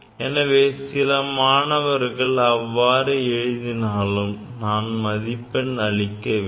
எனவே சில மாணவர்கள் அவ்வாறு எழுதினாலும் நான் மதிப்பெண் அளிக்க வேண்டும்